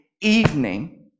evening